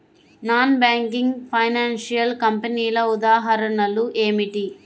Non banking financial కంపెనీల ఉదాహరణలు ఏమిటి?